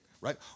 right